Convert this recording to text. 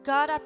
God